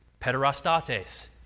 pederastates